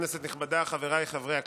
כנסת נכבדה, חבריי חברי הכנסת,